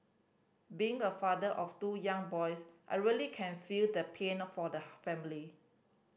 being a father of two young boys I really can feel the pain for the family